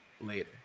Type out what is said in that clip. Later